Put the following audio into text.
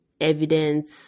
evidence